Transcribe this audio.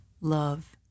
love